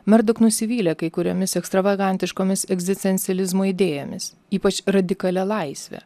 merdok nusivylė kai kuriomis ekstravagantiškomis egzistencializmo idėjomis ypač radikalia laisve